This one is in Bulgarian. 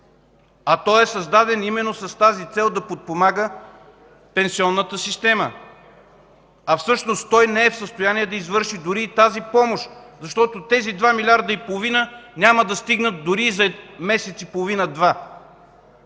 обаче е създаден именно с цел да подпомага пенсионната система, а всъщност той не е в състояние да извърши дори и тази помощ, защото тези 2 милиарда и половина няма да стигнат дори и за месец и половина-два.